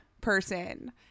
person